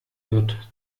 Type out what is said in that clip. wird